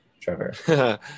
Trevor